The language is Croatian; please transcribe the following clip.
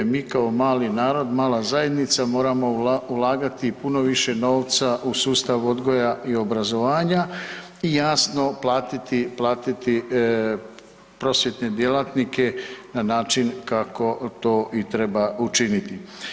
Mi kao mali narod, mala zajednica moramo ulagati puno više novca u sustav odgoja i obrazovanja i jasno platiti prosvjetne djelatnike na način kako to i treba učiniti.